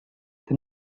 the